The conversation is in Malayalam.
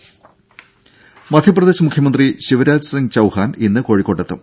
രംഭ മധ്യപ്രദേശ് മുഖ്യമന്ത്രി ശിവരാജ് സിങ്ങ് ചൌഹാൻ ഇന്ന് കോഴിക്കോട്ടെത്തും